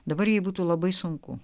dabar jai būtų labai sunku